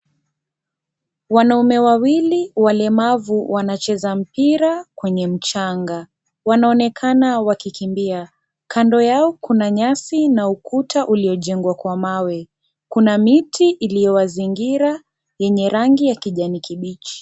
Wanaume wawili, walemavu. Wanacheza mpira kwenye mchanga. Wanaonekana wakikimbia. Kando yao kuna nyasi na ukuta uliojengwa kwa mawe. Kuna miti iliyowazingira, yenye rangi ya kijani kibichi.